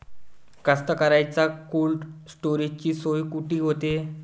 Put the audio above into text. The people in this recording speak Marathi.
कास्तकाराइच्या कोल्ड स्टोरेजची सोय कुटी होते?